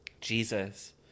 Jesus